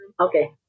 Okay